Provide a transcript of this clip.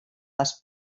les